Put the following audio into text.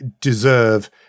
deserve